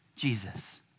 jesus